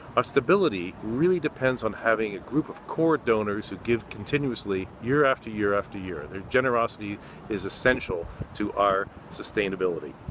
stability really depends on having a group of core donors to give continuously year after year after year. their generosity is essential to our sustainability.